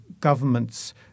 governments